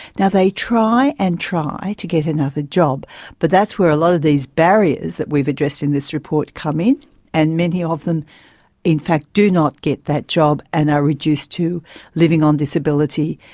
they try and try to get another job but that's where a lot of these barriers that we've addressed in this report come in and many ah of them in fact do not get that job and are reduced to living on disability,